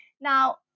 Now